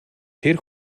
тэр